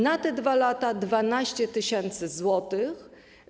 Na te 2 lata - 12 tys. złotych.